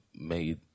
made